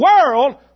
world